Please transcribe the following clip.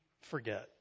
forget